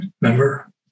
Remember